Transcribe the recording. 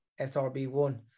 SRB1